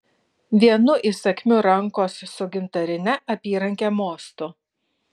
vienu įsakmiu rankos su gintarine apyranke mostu